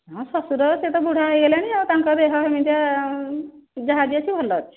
ହଁ ଶ୍ଵଶୁର ସେ ତ ବୁଢ଼ା ହୋଇଗଲେଣି ତାଙ୍କ ଦେହ ସେମିତିଆ ଯାହା ବି ଅଛି ଭଲ ଅଛି